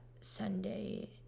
Sunday